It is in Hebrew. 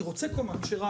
אני רוצה כשרה.